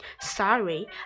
Sorry